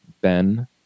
Ben